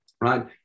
Right